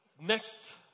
Next